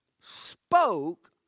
spoke